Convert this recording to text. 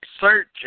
Search